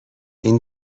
این